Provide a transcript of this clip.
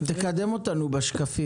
הנושא השני